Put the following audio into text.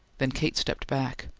then kate stepped back.